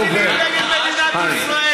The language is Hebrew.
למדינת ישראל.